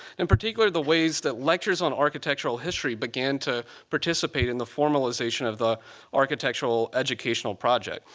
in particular the ways that lectures on architectural history began to participate in the formalization of the architectural educational project.